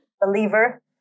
Believer